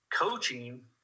Coaching